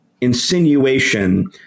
insinuation